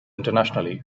internationally